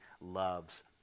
loves